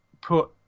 put